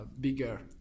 bigger